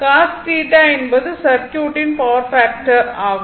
cos θ என்பது சர்க்யூட்டின் power factor ஆகும்